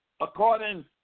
According